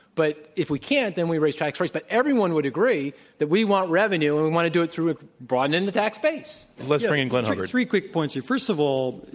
but, if we can't, then we raise tax rates. but everyone would agree that we want revenue, and we want to do it through broadening the tax base. let's bring in glenn hubbard. three quick points here. first of all,